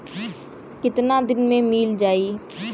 कितना दिन में मील जाई?